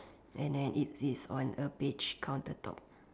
and then it is a beige counter top